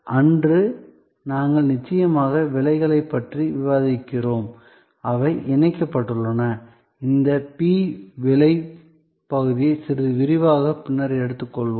அன்று நாங்கள் நிச்சயமாக விலைகளைப் பற்றி விவாதிக்கிறோம் அவை இணைக்கப்பட்டுள்ளன இந்த p விலைப் பகுதியை சிறிது விரிவாகப் பின்னர் எடுத்துக்கொள்வோம்